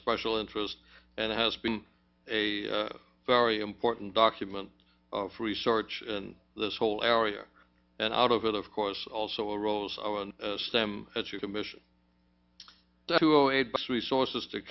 special interest and has been a very important document for research in this whole area and out of it of course also rose on stem at your commission resources to